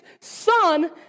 son